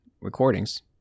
recordings